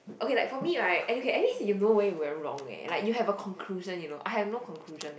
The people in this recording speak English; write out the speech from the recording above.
okay like for me right okay at least you know where you went wrong eh like you have a conclusion you know I have no conclusion eh